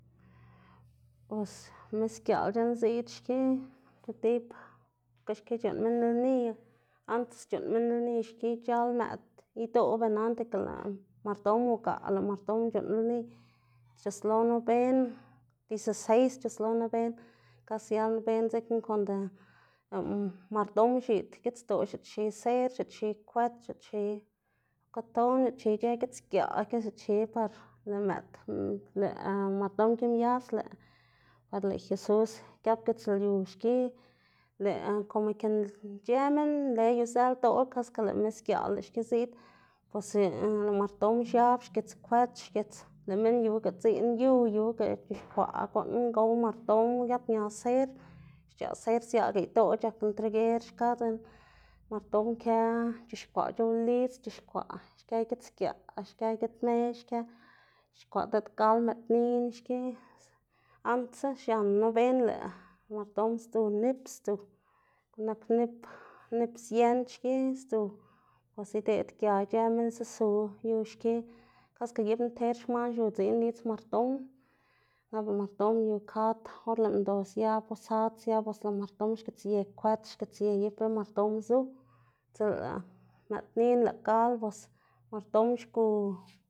bos migiaꞌl c̲h̲eꞌn ziꞌd xki idib xki c̲h̲uꞌnn minn lni, antes c̲h̲uꞌnn minn lni xki c̲h̲al mëꞌd idoꞌ, ber nana tika lëꞌ mardom ugaꞌ lëꞌ mardom c̲h̲uꞌnn lni, c̲h̲uslo noben diesiseis c̲h̲uslo noben xka sia noben dzekna konde lëꞌ mardom xyiꞌd giedzdoꞌ xyiꞌdxi ser xyiꞌdxi kwet xyiꞌdxi koton xyiꞌd ic̲h̲ë gitsgiaꞌ ki xyiꞌdxi par lëꞌ mëꞌd, lëꞌ mardom kimbias lëꞌ ber lëꞌ jesús giab gitslyu xki, lëꞌ komo kë ic̲h̲ë minn nle yuzë ldoꞌ kaske lëꞌ mingiaꞌl lëꞌ xki ziꞌd, bos lëꞌ mardom xiab xgits kwet xgits, lëꞌ minn yuga dziꞌn yuga c̲h̲ixkwaꞌ guꞌn gow mardom giabña ser, xc̲h̲aꞌ ser siaꞌga idoꞌ c̲h̲ak ntreger xka dekna mardom kë c̲h̲ixkwaꞌ c̲h̲ow lidz c̲h̲ixkwaꞌ, xkë gitsgiaꞌ xkë gidme xkë, c̲h̲ixkwaꞌ diꞌt gal mëꞌdnin xki, asnc̲h̲a x̱an noben lëꞌ mardom sdzu nip sdzu, nak nip nip siend xki sdzu bos idëꞌd gia ic̲h̲ë minn zesu yu xki, kaske gibla nter xman xiu dziꞌn lidz mardom, nap lëꞌ mardom yu kad or lëꞌ mdo sia posad sia, bos lëꞌ mardom xgitsye kwet xgitsye gibla mardom zu, diꞌltsa lëꞌ mëꞌdnin lëꞌ gal bos mardom xgu.